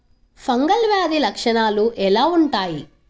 Fungal వ్యాధి లక్షనాలు ఎలా వుంటాయి?